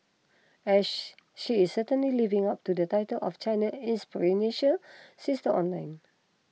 and she is certainly living up to the title of China's inspirational sister online